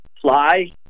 fly